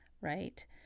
right